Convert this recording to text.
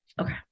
Okay